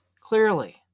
Clearly